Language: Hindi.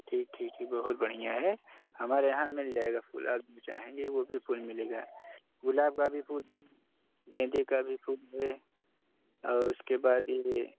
ठीक ठीक ठीक बहुत बढ़िया है हमारे यहाँ मिल जाएगा फूल आप जो चाहेंगे वह भी फूल मिलेगा गुलाब का भी फूल गेंदे का भी फूल है और उसके बाद यह